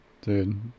Dude